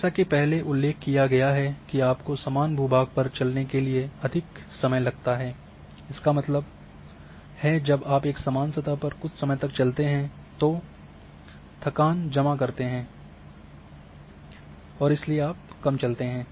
जैसा कि पहले उल्लेख किया गया है कि आपको समान भू भाग पर चलने के लिए अधिक समय लगता है इसका मतलब है जब आप एक समान सतह पर कुछ समय तक चलते हैं तो आप थकान जमा करते हैं और इसलिए आप कम चलते हैं